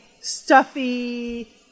stuffy